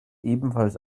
ebenfalls